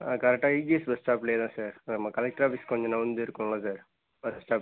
ஆ கரெக்டாக இஜிஎஸ் பஸ் ஸ்டாப்லையே தான் சார் நம்ம கலெட்ரு ஆஃபிஸ் கொஞ்சம் நகந்து இருக்குல்ல சார் பஸ் ஸ்டாப்பு